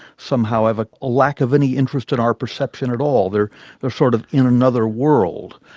somehow have a ah lack of any interest in our perception at all, they're they're sort of in another world.